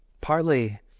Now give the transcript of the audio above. partly